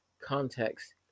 context